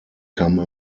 come